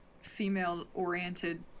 female-oriented